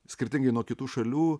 skirtingai nuo kitų šalių